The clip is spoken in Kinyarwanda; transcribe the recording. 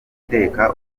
guteka